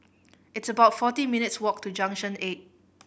it's about forty minutes' walk to Junction Eight